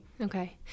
Okay